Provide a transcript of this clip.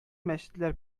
мәчетләр